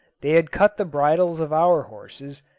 they had cut the bridles of our horses,